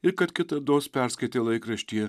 ir kad kitados perskaitė laikraštyje